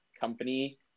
company